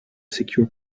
secure